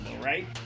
right